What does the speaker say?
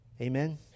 Amen